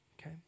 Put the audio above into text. okay